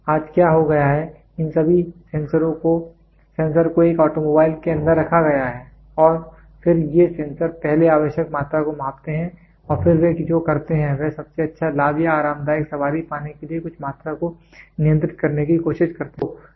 आज क्या हो गया है इन सभी सेंसर को एक ऑटोमोबाइल के अंदर रखा गया है और फिर ये सेंसर पहले आवश्यक मात्रा को मापते हैं और फिर वे जो करते हैं वह सबसे अच्छा लाभ या आरामदायक सवारी पाने के लिए कुछ मात्रा को नियंत्रित करने की कोशिश करता है